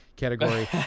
category